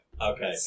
Okay